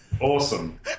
Awesome